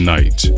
Night